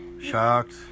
shocked